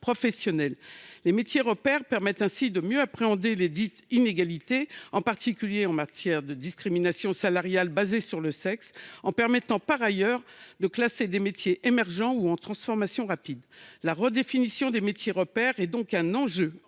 professionnelles. Les métiers repères permettent ainsi de mieux appréhender lesdites inégalités, en particulier en matière de discrimination salariale fondée sur le sexe, en distinguant les métiers émergents ou en transformation rapide. La redéfinition des métiers repères est donc un enjeu